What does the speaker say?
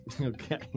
Okay